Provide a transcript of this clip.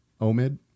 Omid